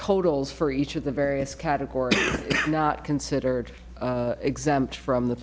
totals for each of the various categories not considered exempt from the